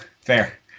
Fair